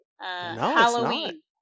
halloween